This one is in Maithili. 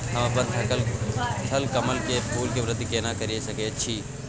हम अपन थलकमल के फूल के वृद्धि केना करिये सकेत छी?